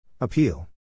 Appeal